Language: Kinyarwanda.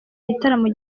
gitaramo